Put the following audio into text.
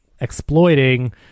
exploiting